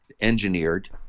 engineered